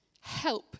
help